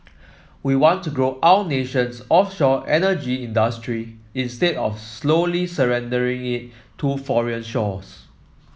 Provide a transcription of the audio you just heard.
we want to grow our nation's offshore energy industry instead of slowly surrendering it to foreign shores